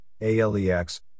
ALEX